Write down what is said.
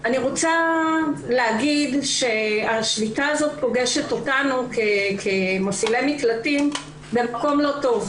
אני רוצה להגיד שהשביתה הזאת פוגשת אותנו כמפעילי מקלטים במקום לא טוב,